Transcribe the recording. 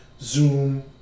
Zoom